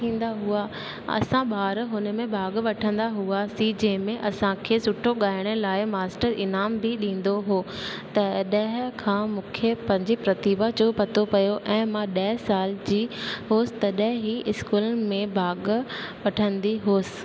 थींदा हुआ असां ॿार हुन में भाग वठंदा हुआसीं जंहिंमे असांखे सुठो ॻाइण लाइ मास्टर इनाम बि ॾींदो हुओ त ॾह खां मूंखे पंजे प्रतिभा जो पतो पयो ऐं मां ॾह साल जी हुअसि तॾहिं ई स्कूल में भाग वठंदी हुअसि